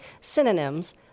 synonyms